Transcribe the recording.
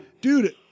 dude